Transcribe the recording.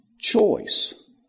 choice